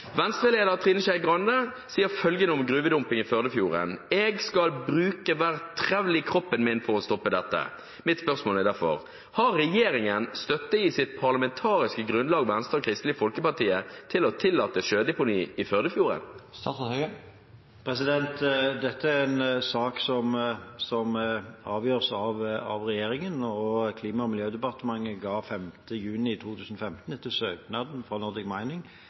Trine Skei Grande sier følgende om gruvedumping i Førdefjorden: Jeg skal «bruke hver trevl i kroppen min for å få stoppet dette». Mitt spørsmål er derfor: Har regjeringen støtte i sitt parlamentariske grunnlag, Venstre og Kristelig Folkeparti, for å tillate sjødeponi i Førdefjorden? Dette er en sak som avgjøres av regjeringen, og Klima- og miljødepartementet ga 5. juni 2015 etter søknad fra Nordic Mining